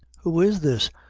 who is this?